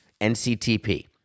NCTP